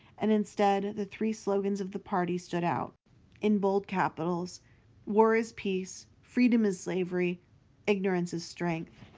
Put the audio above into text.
and instead the three slogans of the party stood out in bold capitals war is peace freedom is slavery ignorance is strength